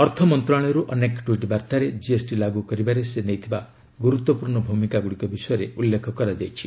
ଅର୍ଥମନ୍ତ୍ରଣାଳୟରୁ ଅନେକ ଟ୍ୱିଟ୍ ବାର୍ତ୍ତାରେ ଜିଏସ୍ଟି ଲାଗୁ କରିବାରେ ସେ ନେଇଥିବା ଗୁରୁତ୍ୱପୂର୍ଣ୍ଣ ଭୂମିକା ବିଷୟରେ ଉଲ୍ଲେଖ କରାଯାଇଛି